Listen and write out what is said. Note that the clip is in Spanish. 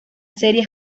serie